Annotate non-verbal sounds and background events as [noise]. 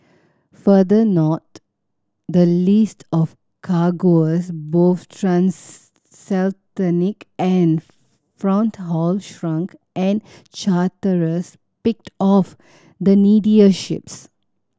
further north the list of cargoes both [unintelligible] and front haul shrunk and charterers picked off the needier ships